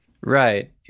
Right